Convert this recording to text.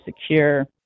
secure